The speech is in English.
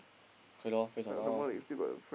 K lor based on luck loh